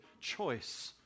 choice